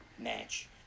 match